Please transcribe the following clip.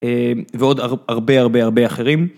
ועוד הרבה הרבה הרבה אחרים.